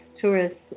tourists